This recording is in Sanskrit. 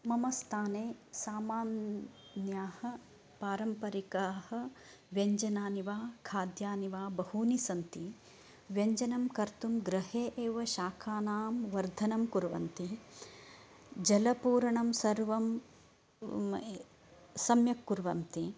मम स्थाने सामान्याः पारम्परिकाः व्यञ्जनानि वा खाद्यानि वा बहूनि सन्ति व्यञ्जनं कर्तुं गृहे एव शाकानां वर्धनं कुर्वन्ति जलपूरणं सर्वं सम्यक् कुर्वन्ति